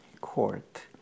court